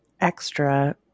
extra